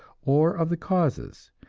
or of the causes,